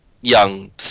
young